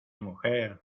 mujer